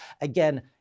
Again